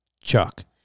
Chuck